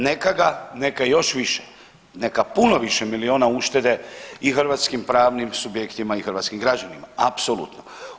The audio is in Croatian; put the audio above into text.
Neka ga, neka još više, neka puno više milijuna uštede i hrvatskim pravnim subjektima i hrvatskim građanima, apsolutno.